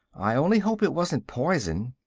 i only hope it wasn't poison.